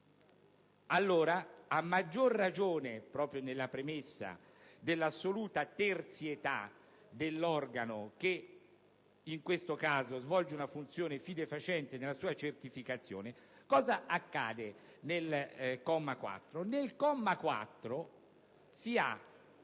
è corretto, a maggior ragione nella premessa dell'assoluta terzietà dell'organo che in questo caso svolge una funzione fidefacente nella sua certificazione, occorre vedere cosa si